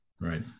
Right